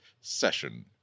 session